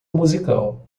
musical